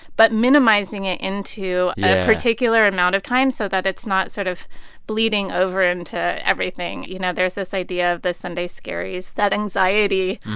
but minimizing it into. yeah. a particular amount of time so that it's not sort of bleeding over into everything. you know, there's this idea of the sunday scaries, that anxiety